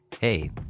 Hey